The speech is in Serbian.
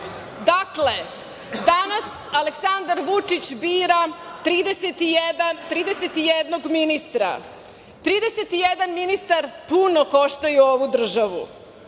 Srbije. Dakle, danas Aleksandar Vučić bira 31 ministra, 31 ministar puno koštaju ovu državu,